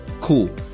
cool